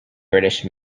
british